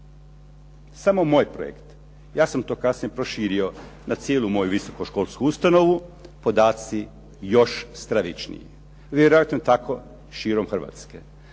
Samo moj projekt, ja sam to kasnije proširio na cijelu moju visokoškolsku ustanovu, podaci još stravičniji. Vjerojatno tako širom Hrvatske.